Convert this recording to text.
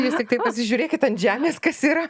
jūs tiktai pasižiūrėkit ant žemės kas yra